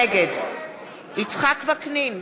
נגד יצחק וקנין,